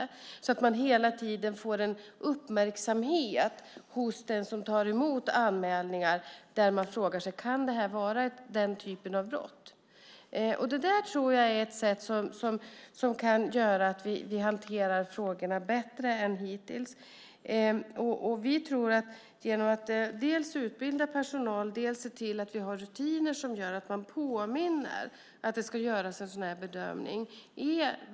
På så sätt får man hela tiden en uppmärksamhet hos dem som tar emot anmälningar genom att de alltid frågar sig om det kan vara den typen av brott. Det tror jag kan göra att vi hanterar frågorna bättre än hittills. Vi tror att det är verkningsfullt att utbilda personal och se till att vi har rutiner som gör att man påminns om att det ska göras en sådan bedömning.